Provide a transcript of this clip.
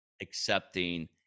accepting